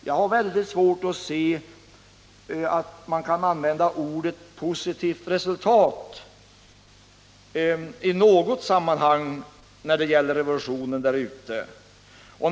Jag har väldigt svårt att se att man med fog kan använda uttrycket ”positivt resultat” i något sammanhang när det gäller revolutionen i Etiopien.